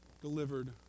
delivered